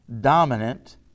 dominant